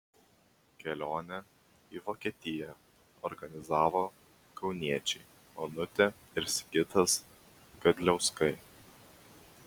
kelionę į vokietiją organizavo kauniečiai onutė ir sigitas gadliauskai